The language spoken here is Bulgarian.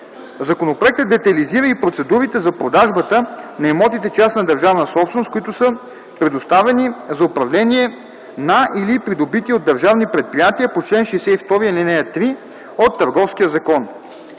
Законопроектът детайлизира и процедурите за продажбата на имотите частна държавна собственост, които са предоставени за управление на или придобити от държавни предприятия по чл. 62, ал. 3 от Търговския закон.